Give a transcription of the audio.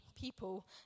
people